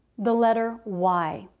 the letter y.